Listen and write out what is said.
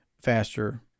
faster